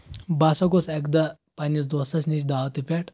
بہٕ ہسا گوٚوس اکہِ دۄہ پننِس دوستس نِش دعوتہِ پٮ۪ٹھ